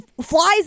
flies